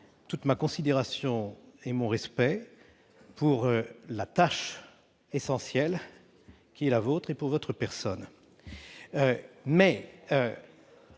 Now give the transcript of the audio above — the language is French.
toute ma considération et tout mon respect pour la tâche essentielle qui est la vôtre et pour votre personne. Après